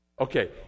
Okay